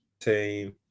team